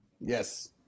Yes